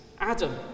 Adam